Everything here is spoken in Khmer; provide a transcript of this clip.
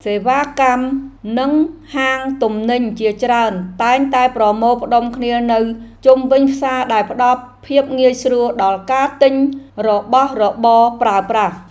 សេវាកម្ម និងហាងទំនិញជាច្រើនតែងតែប្រមូលផ្តុំគ្នានៅជុំវិញផ្សារដែលផ្តល់ភាពងាយស្រួលដល់ការទិញរបស់របរប្រើប្រាស់។